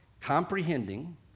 comprehending